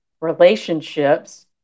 relationships